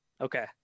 Okay